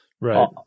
Right